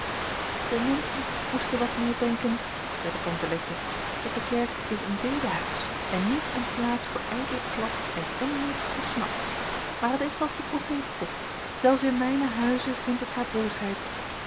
de menschen moesten wat meer denken zeide tante letje dat de kerk is een bedehuis en niet een plaats voor ijdelen klap en onnut gesnap maar het is als de profeet zegt zelfs in mijnen huyze vindt ik haar boosheyt